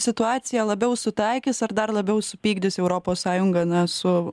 situacija labiau sutaikys ar dar labiau supykdys europos sąjungą na su